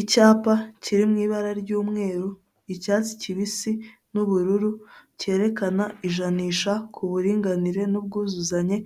Icyapa kiri mu ibara ry'umweru icyatsi kibisi n'ubururu cyerekana ijanisha ku buringanire n'ubwuzuzanye